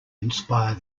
inspire